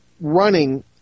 running